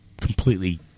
completely